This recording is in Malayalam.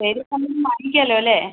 ഏത് സമയവും വാങ്ങിക്കാല്ലോ അല്ലേ